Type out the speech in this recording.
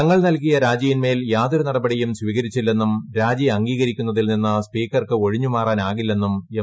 തങ്ങൾ നൽകിയ രാജിയിന്മേൽ യാതൊരു നടപടിയും സ്വീകരിച്ചില്ലെന്നും രാജി അംഗീകരിക്കുന്നതിൽ നിന്ന് സ്പീക്കർക്ക് ഒഴിഞ്ഞുമാറാൻ ആകില്ലെന്നും എം